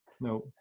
No